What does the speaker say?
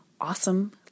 awesome